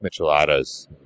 micheladas